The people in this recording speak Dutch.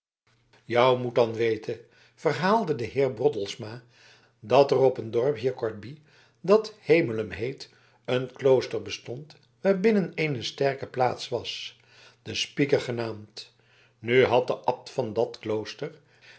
jou moet dan weten verhaalde de heer broddelsma dat er op een dorp hier kort bi dat hemelum heet een klooster bestond waarbinnen een sterke plaats was de spiker genaamd nu had de abt van dat klooster